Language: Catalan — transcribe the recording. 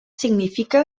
significa